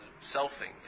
selfing